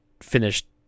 finished